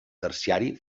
terciari